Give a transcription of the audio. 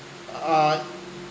uh I